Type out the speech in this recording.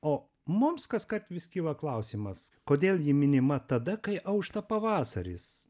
o mums kaskart vis kyla klausimas kodėl ji minima tada kai aušta pavasaris